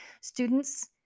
students